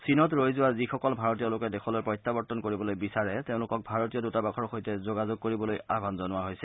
চীনত ৰৈ যোৱা যিসকল ভাৰতীয় লোকে দেশলৈ প্ৰত্যাবৰ্তন কৰিবলৈ বিচাৰে তেওঁলোকক ভাৰতীয় দূতাবাসৰ সৈতে যোগাযোগ কৰিবলৈ আহান জনোৱা হৈছে